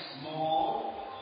Small